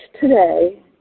today